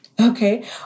okay